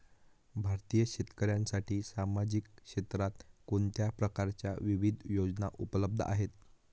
भारतीय शेतकऱ्यांसाठी सामाजिक क्षेत्रात कोणत्या प्रकारच्या विविध योजना उपलब्ध आहेत?